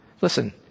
listen